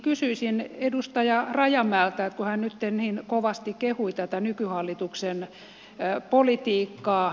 kysyisin edustaja rajamäeltä kun hän nytten niin kovasti kehui tätä nykyhallituksen politiikkaa